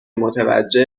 متوجه